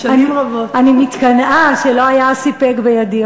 אני מתקנאה שלא היה סיפק בידי,